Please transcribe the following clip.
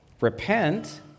repent